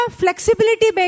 flexibility